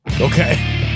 Okay